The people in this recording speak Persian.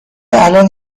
الان